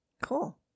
cool